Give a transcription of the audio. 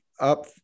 up